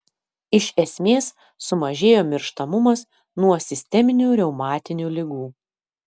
iš esmės sumažėjo mirštamumas nuo sisteminių reumatinių ligų